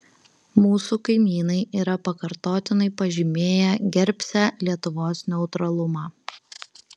mūsų kaimynai yra pakartotinai pažymėję gerbsią lietuvos neutralumą